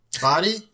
Body